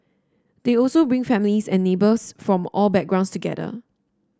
they also bring families and neighbours from all backgrounds together